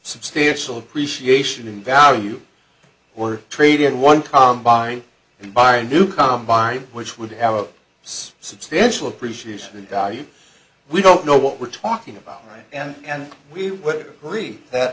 substantial appreciation in value or traded one combine and buy a new combine which would have a substantial appreciation value we don't know what we're talking about right and we would agree that